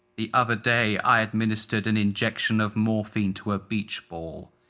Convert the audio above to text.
the other day i administered an injection of morphine to a beach ball.